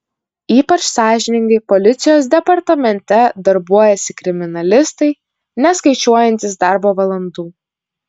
ypač sąžiningai policijos departamente darbuojasi kriminalistai neskaičiuojantys darbo valandų